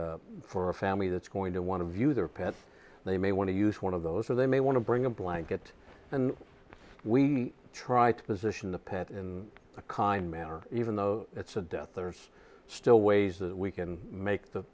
and for a family that's going to want to view their pets they may want to use one of those so they may want to bring a blanket and we try to position the pet in a kind manner even though it's a death there's still ways that we can make th